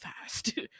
fast